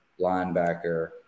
linebacker